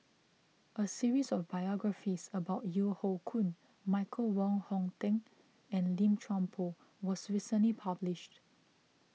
a series of biographies about Yeo Hoe Koon Michael Wong Hong Teng and Lim Chuan Poh was recently published